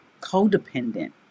codependent